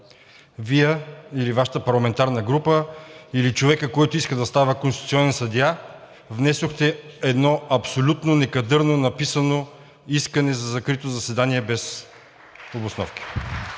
Вие или Вашата парламентарна група, или човекът, който иска да става конституционен съдия внесохте едно абсолютно некадърно написано искане (ръкопляскания от